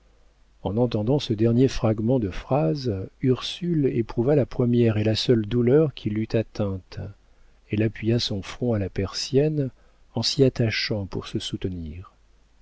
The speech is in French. en entendant ce dernier fragment de phrase ursule éprouva la première et la seule douleur qui l'eût atteinte elle appuya son front à la persienne en s'y attachant pour se soutenir